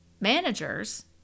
managers